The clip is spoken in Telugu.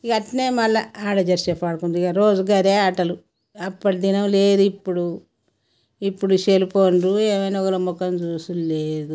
ఇక అలానే మళ్ళీ ఆడ జర సేపు ఆడుకుని ఇంక రోజూ అవే ఆటలు అప్పటి దినాలు లేదిప్పుడు ఇప్పుడు ఈ సెల్ ఫోన్లు ఇప్పుడు ఏమైనా ఒకళ్ళ మొహం చూసేది లేదు